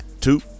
two